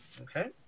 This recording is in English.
Okay